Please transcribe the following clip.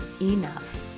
enough